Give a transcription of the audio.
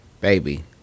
baby